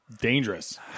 Dangerous